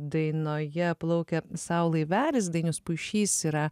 dainoje plaukia sau laivelis dainius puišys yra